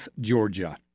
Georgia